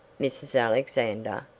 mrs. alexander?